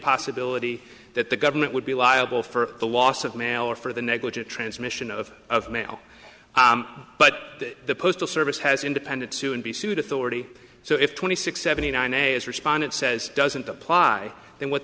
possibility that the government would be liable for the loss of mail or for the negligent transmission of of mail but the postal service has independent soon be sued authority so if twenty six seventy nine a is respondent says doesn't apply then what